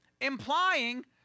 implying